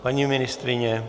Paní ministryně?